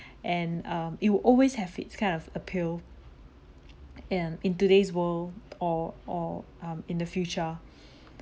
and um it will always have its kind of appeal and in today's world or or um in the future